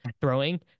throwing